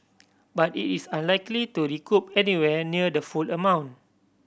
but it is unlikely to recoup anywhere near the full amount